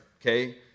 okay